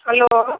hello